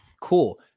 Cool